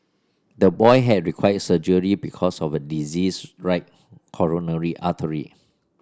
the boy had required surgery because of a diseased right coronary artery